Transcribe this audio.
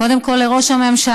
קודם כול, לראש הממשלה,